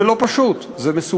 זה לא פשט, זה מסובך,